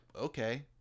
okay